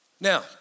Now